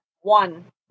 one